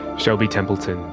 shelby templeton.